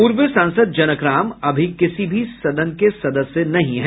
पूर्व सांसद जनक राम अभी किसी भी सदन के सदस्य नहीं हैं